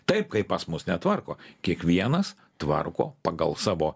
taip kaip pas mus netvarko kiekvienas tvarko pagal savo